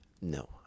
No